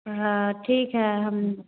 हाँ ठीक है हम